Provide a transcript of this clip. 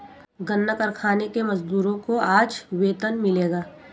गन्ना कारखाने के मजदूरों को आज वेतन मिलेगा